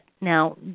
Now